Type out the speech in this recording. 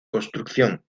construcción